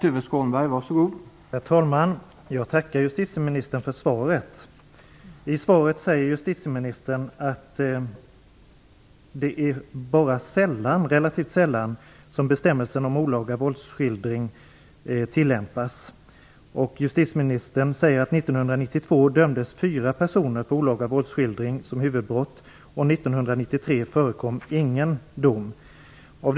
Herr talman! Jag tackar justitieministern för svaret. I svaret säger justitieministern att det bara är relativt sällan som bestämmelsen om olaga våldsskildring tillämpas. Justitieministern säger att 1992 dömdes fyra personer för olaga våldsskildring som huvudbrott och att ingen dom förekom 1993.